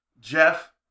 Jeff